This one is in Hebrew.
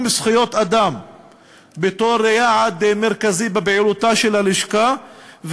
זכויות אדם בתור יעד מרכזי בפעילותה של הלשכה,